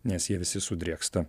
nes jie visi sudrėksta